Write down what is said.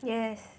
yes